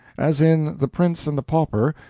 as in the prince and the pauper,